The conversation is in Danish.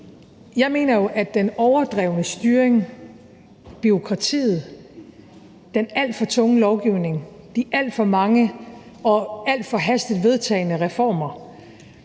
jeg mener jo, at den overdrevne styring, bureaukratiet, den alt for tunge lovgivning, de alt for mange og alt for hastigt vedtagne reformer,